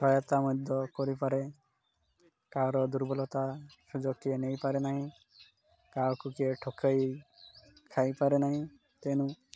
ସହାୟତା ମଧ୍ୟ କରିପାରେ କାହାର ଦୁର୍ବଳତା ସୁଯୋଗ କିଏ ନେଇପାରେ ନାହିଁ କାହାକୁ କିଏ ଠକେଇ ଖାଇପାରେ ନାହିଁ ତେଣୁ